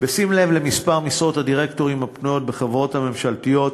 בשים לב למספר משרות הדירקטורים הפנויות בחברות הממשלתיות.